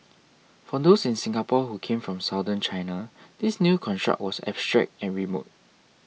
for those in Singapore who came from Southern China this new construct was abstract and remote